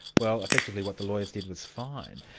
well effectively what the lawyers did was fine.